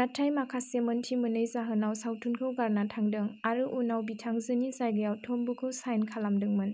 नाथाय माखासे मोनथि मोनै जाहोनाव सावथुनखौ गारना थांदों आरो उनाव बिथांजोनि जायगायाव तम्बुखौ साइन खालामदोंमोन